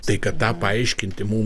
tai kad tą paaiškinti mum